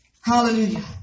Hallelujah